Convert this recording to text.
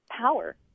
power